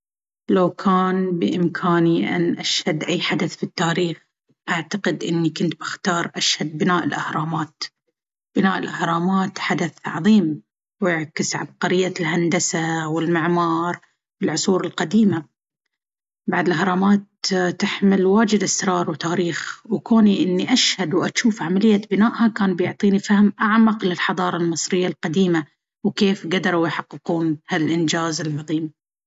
لو كان بإمكاني أن أشهد أي حدث في التاريخ، أعتقد أني كنت بأختار أشهد بناء الأهرامات. بناء الأهرامات حدث عظيم ، ويعكس عبقرية الهندسة والمعمار في العصور القديمة. بعد، الأهرامات تحمل واجد أسرار وتاريخ، وكوني اني اشهد وأجوف عملية بنائها كان بيعطيني فهم أعمق للحضارة المصرية القديمة وكيف قدروا يحققون هالإنجاز العظيم.